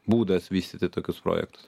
būdas vystyti tokius projektus